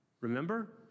Remember